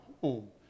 home